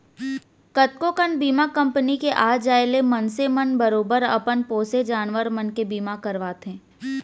कतको कन बीमा कंपनी के आ जाय ले मनसे मन बरोबर अपन पोसे जानवर मन के बीमा करवाथें